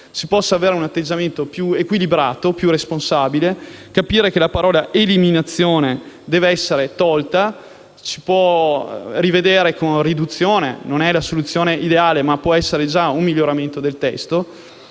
si possa avere un atteggiamento più equilibrato e responsabile, capire che la parola «eliminazione» deve essere soppressa; si può rivedere con «riduzione», non è la soluzione ideale ma può essere già un miglioramento del testo.